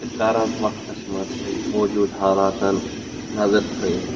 تہٕ کَرنٛٹ وَقتَس منٛز موٗجوٗد حالاتَن نظر تھٲیِتھ